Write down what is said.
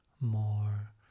more